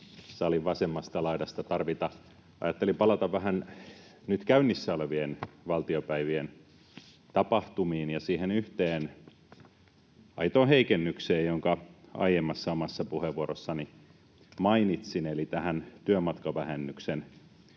salin vasemmasta laidasta tarvita. Ajattelin palata vähän nyt käynnissä olevien valtiopäivien tapahtumiin ja siihen yhteen aitoon heikennykseen, jonka aiemmassa omassa puheenvuorossani mainitsin, eli tähän työmatkavähennyksen